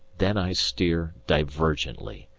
then i steer divergently.